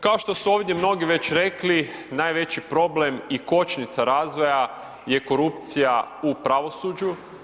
Kao što su ovdje mnogi već rekli, najveći problem i kočnica razvoja je korupcija u pravosuđu.